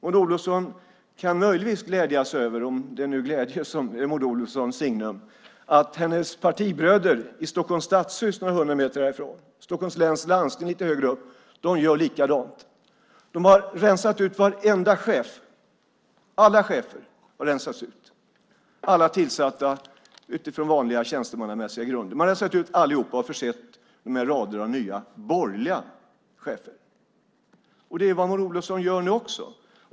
Maud Olofsson kan möjligtvis glädja sig över, om det nu är glädje som är Maud Olofssons signum, att hennes partibröder i Stockholms stadshus, några hundra meter härifrån, och i Stockholms läns landsting, lite längre bort, gör likadant. Alla chefer har rensats ut, alla tillsatta utifrån vanliga tjänstemannamässiga grunder. Man har rensat ut allihop och tillsatt rader av nya borgerliga chefer. Och det är också vad Maud Olofsson gör nu.